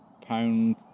pound